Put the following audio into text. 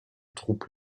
troupes